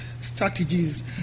strategies